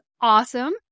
awesome